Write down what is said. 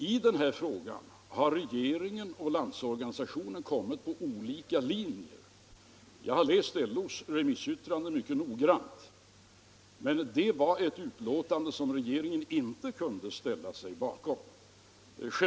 I denna fråga har regeringen och LO kommit på olika linjer. Jag har mycket noggrant läst LO:s remissyttrande, men regeringen kunde inte ställa sig bakom det.